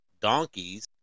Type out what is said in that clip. donkeys